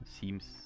Seems